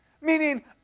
Meaning